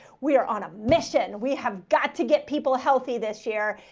we are on a mission. we have got to get people healthy this year.